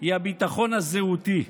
היא הביטחון הזהותי,